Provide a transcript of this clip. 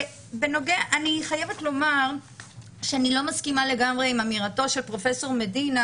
אני חייבת לומר שאני לא מסכימה לגמרי עם אמירתו של פרופ' מדינה